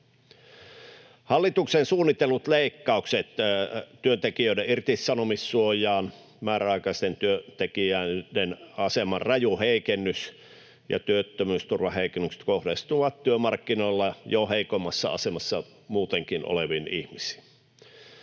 Hallituksen suunnitellut leikkaukset työntekijöiden irtisanomissuojaan, määräaikaisten työntekijöiden aseman raju heikennys ja työttömyysturvaheikennykset kohdistuvat työmarkkinoilla jo heikoimmassa asemassa muutenkin oleviin ihmisiin.